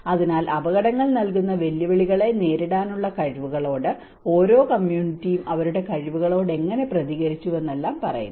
അതിനാൽ അപകടങ്ങൾ നൽകുന്ന വെല്ലുവിളികളെ നേരിടാനുള്ള കഴിവുകളോട് ഓരോ കമ്മ്യൂണിറ്റിയും അവരുടെ കഴിവുകളോട് എങ്ങനെ പ്രതികരിച്ചുവെന്ന് എല്ലാം പറയുന്നു